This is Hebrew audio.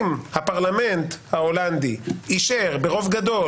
אם הפרלמנט ההולנדי אישר ברוב גדול,